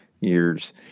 years